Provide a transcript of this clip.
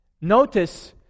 Notice